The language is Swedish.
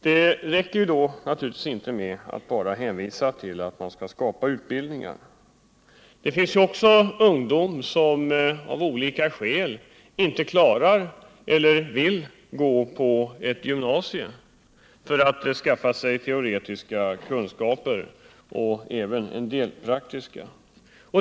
Det räcker naturligtvis inte med att bara hänvisa till att man skall vidga utbildningen. Det finns ju ungdomar som av olika skäl inte vill gå på ett gymnasium för att skaffa sig teoretiska och även en del praktiska kunskaper.